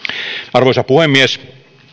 arvoisa puhemies